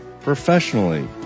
professionally